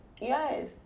yes